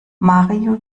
mario